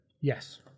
Yes